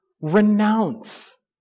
renounce